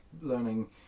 learning